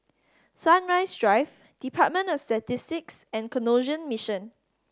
Sunrise Drive Department of Statistics and Canossian Mission